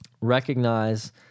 recognize